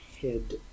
head